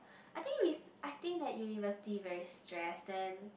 I think rec~ I think that university very stress then